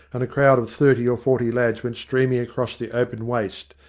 and a crowd of thirty or forty lads went streaming across the open waste,